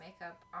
makeup